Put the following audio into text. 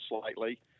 slightly